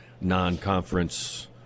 non-conference